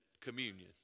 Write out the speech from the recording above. Communion